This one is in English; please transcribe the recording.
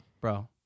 Bro